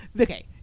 okay